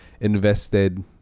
invested